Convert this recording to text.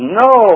no